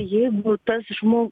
jeigu tas žmo